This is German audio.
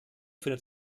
findet